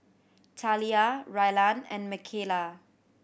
Taliyah Rylan and Makayla